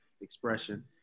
expression